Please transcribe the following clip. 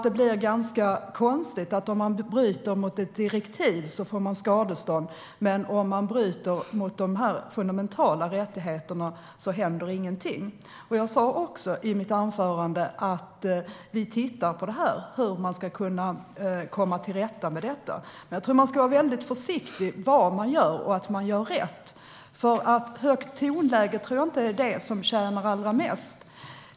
Det blir ganska konstigt att man får betala skadestånd om man bryter mot ett direktiv, men om man bryter mot de fundamentala rättigheterna händer ingenting. Jag sa också i mitt anförande att vi tittar på hur man ska kunna komma till rätta med det. Jag tror att man ska vara försiktig med vad man gör så att man gör rätt. Jag tror inte att högt tonläge är det som är allra bäst.